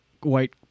white